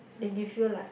they give you like